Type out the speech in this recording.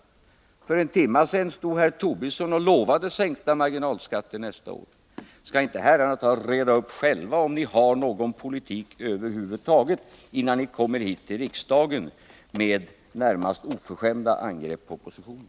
Men för en timme sedan stod herr Tobisson och lovade sänkta marginalskatter nästa år. Skall inte herrarna ta och reda upp själva om ni har någon politik över huvud taget innan ni kommer hit till riksdagen med närmast oförskämda angrepp på oppositionen?